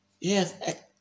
Yes